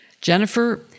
Jennifer